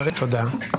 קארין, תודה.